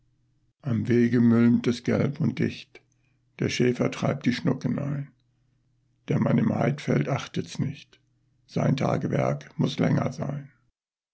am wege mülmt es gelb und dicht der schäfer treibt die schnucken ein der mann im heidfeld achtet's nicht sein tagewerk muß länger sein